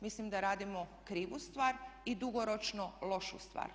Mislim da radimo krivu stvar i dugoročnu lošu stvar.